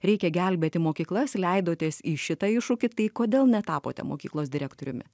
reikia gelbėti mokyklas leidotės į šitą iššūkį tai kodėl netapote mokyklos direktoriumi